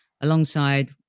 alongside